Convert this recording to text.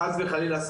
חס וחלילה,